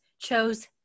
chose